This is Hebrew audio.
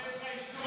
תבדוק שיש לך אישור.